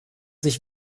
sich